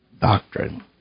doctrine